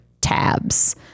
tabs